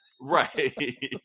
Right